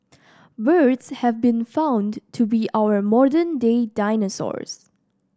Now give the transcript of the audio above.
birds have been found to be our modern day dinosaurs